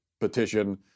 petition